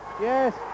Yes